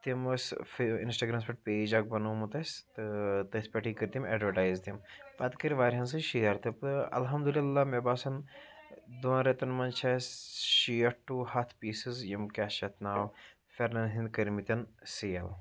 تِم ٲسۍ اِنسٹاگرامَس پٮ۪ٹھ پیج اکھ بَنومُت اَسہِ تہٕ تٔتھۍ پٮ۪ٹھٕے کٔر تِم ایڈوَٹایز تِم پَتہٕ کٔرۍ واریاہَن سۭتۍ شیر تہٕ الحمدللہ مےٚ باسان دۄن رٮ۪تَن منٛز چھِ اَسہِ شیٹھ ٹُو ہَتھ پیٖسِز یِم کیاہ چھِ اَتھ ناو پھیٚرنَن ہِنٛدۍ کٔرمٕتٮ۪ن سیل